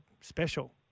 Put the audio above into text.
special